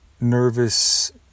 nervous